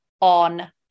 on